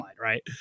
right